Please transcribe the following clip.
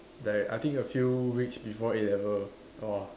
like I think a few weeks before A-level !wah!